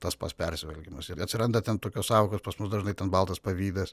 tas pats persivalgymas ir atsiranda ten tokios sąvokos pas mus dažnai ten baltas pavydas